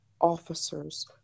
officers